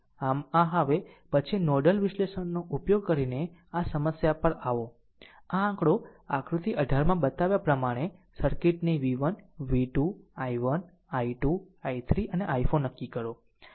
આમ આ હવે પછી નોડલ વિશ્લેષણનો ઉપયોગ કરીને આ સમસ્યા પર આવો આ આંકડો આકૃતિ 18 માં બતાવ્યા પ્રમાણે સર્કિટની V1 v2 i1 i2 i3 અને i4 નક્કી કરો